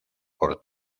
por